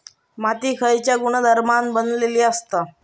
माती खयच्या गुणधर्मान बनलेली असता?